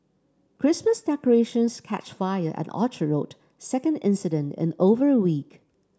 Christmas decorations catch fire at Orchard Rd second incident in over a week